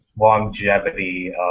longevity